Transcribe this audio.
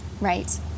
Right